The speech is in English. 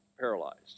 paralyzed